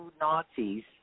Nazis